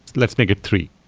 let's make it three.